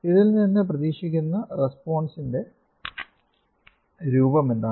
ഇതിൽ നിന്ന് പ്രതീക്ഷിക്കുന്ന റെസ്പോൺസിന്റെ രൂപം എന്താണ്